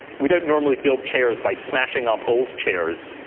we don't normally build chairs by smashing up old chairs,